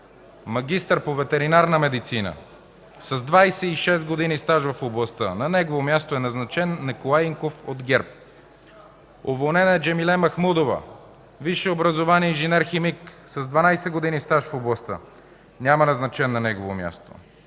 магистър по ветеринарна медицина, с 26 години стаж в областта. На негово място е назначен Николай Инков от ГЕРБ. Уволнена е Джемиле Махмудова – висше образование, инженер-химик с 12 години стаж в областта. Няма назначен на нейно място.